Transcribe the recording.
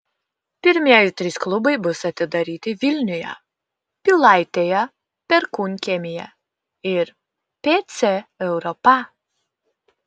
pirmieji trys klubai bus atidaryti vilniuje pilaitėje perkūnkiemyje ir pc europa